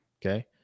Okay